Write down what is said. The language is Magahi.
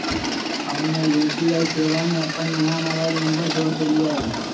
हम्मे यू.पी.आई सेवा में अपन नया मोबाइल नंबर जोड़ देलीयी